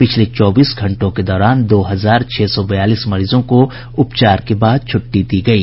पिछले चौबीस घंटों के दौरान दो हजार छह सौ बयालीस मरीजों को उपचार के बाद छुट्टी दी गयी